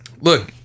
Look